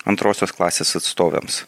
antrosios klasės atstovėms